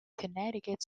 connecticut